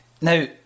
Now